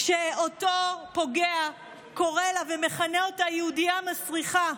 כשאותו פוגע קורא לה ומכנה אותה "יהודייה מסריחה".